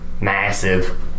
massive